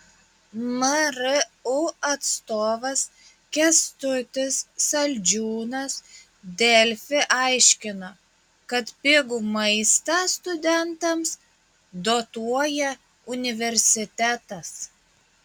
mru atstovas kęstutis saldžiūnas delfi aiškino kad pigų maistą studentams dotuoja universitetas